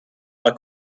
war